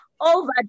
over